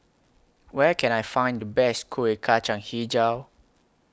Where Can I Find The Best Kuih Kacang Hijau